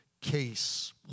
Case